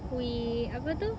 we apa tu